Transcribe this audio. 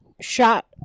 shot